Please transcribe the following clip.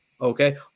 okay